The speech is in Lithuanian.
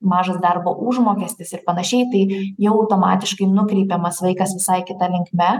mažas darbo užmokestis ir panašiai tai jau automatiškai nukreipiamas vaikas visai kita linkme